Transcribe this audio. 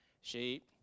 sheep